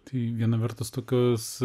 tai viena vertus tokius